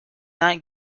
not